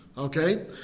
Okay